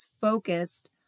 focused